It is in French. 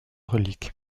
reliques